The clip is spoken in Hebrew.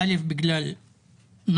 קודם כול בגלל נון-שלנטיות,